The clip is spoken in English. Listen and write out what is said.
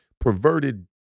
perverted